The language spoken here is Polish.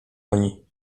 oni